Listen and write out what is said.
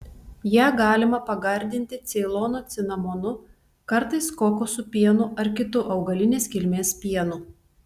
ją galima pagardinti ceilono cinamonu kartais kokosų pienu ar kitu augalinės kilmės pienu